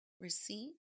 receipt